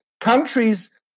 countries